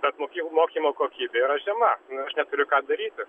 bet moky mokymo kokybė yra žema aš neturiu ką daryti